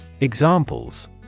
Examples